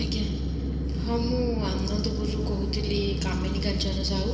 ଆଜ୍ଞା ହଁ ମୁଁ ଆନନ୍ଦପୁରରୁ କହୁଥିଲି କାମିନି କାଞ୍ଚନ ସାହୁ